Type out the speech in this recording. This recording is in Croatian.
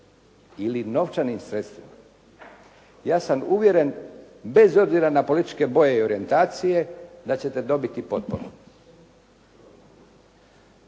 ili novčanim sredstvima, ja sam uvjeren bez obzira na političke boje ili orijentacije, da ćete dobiti potporu.